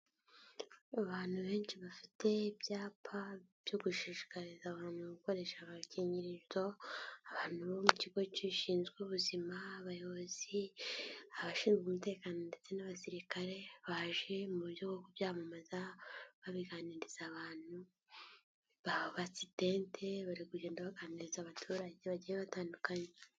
Abantu benshi bafite ibyapa byo gushishikariza abantu gukoresha agakingirizo, abantu b'ikigo gishinzwe ubuzima, abayobozi bashinzwe umutekano ndetse n'abasirikare baje ku byamamaza babiganiriza abantu ndetse bari kugenda baganiriza abaturage bagiye batandukanye.